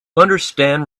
understand